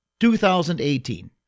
2018